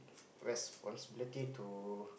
responsibility to